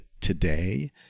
today